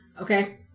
okay